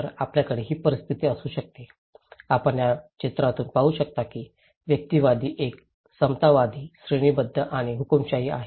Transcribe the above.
तर आपल्याकडे ही परिस्थिती असू शकते आपण या चित्रातून पाहू शकता की व्यक्तिवादी एक समतावादी श्रेणीबद्ध आणि हुकूमशाही आहे